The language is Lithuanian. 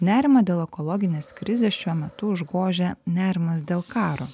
nerimą dėl ekologinės krizės šiuo metu užgožia nerimas dėl karo